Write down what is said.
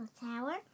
Tower